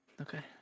Okay